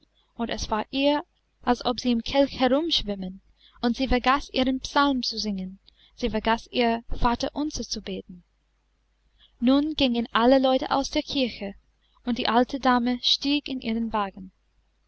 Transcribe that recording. und es war ihr als ob sie im kelch herum schwimmen und sie vergaß ihren psalm zu singen sie vergaß ihr vater unser zu beten nun gingen alle leute aus der kirche und die alte dame stieg in ihren wagen